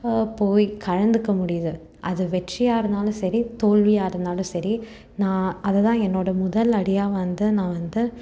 போய் கலந்துக்க முடியுது அது வெற்றியாக இருந்தாலும் சரி தோல்வியாக இருந்தாலும் சரி நான் அதை தான் என்னோட முதல் அடியாக வந்து நான் வந்து